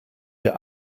der